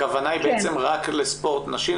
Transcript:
הכוונה היא בעצם רק לספורט נשי?